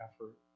effort